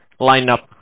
lineup